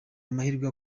amahirwe